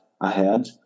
ahead